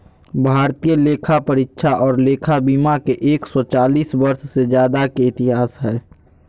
भारतीय लेखापरीक्षा और लेखा विभाग के एक सौ चालीस वर्ष से ज्यादा के इतिहास हइ